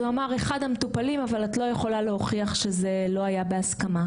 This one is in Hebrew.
אז הוא אמר - אחד המטופלים אבל את לא יכולה להוכיח שזה לא היה בהסכמה.